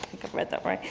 read that right!